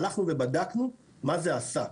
הלכנו ובדקנו מה זה עשה,